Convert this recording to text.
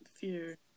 Fear